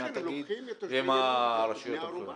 עם התאגיד ועם הרשויות המקומיות.